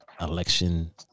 election